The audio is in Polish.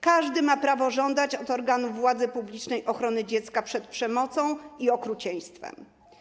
Każdy ma prawo żądać od organów władzy publicznej ochrony dziecka przed przemocą i okrucieństwem.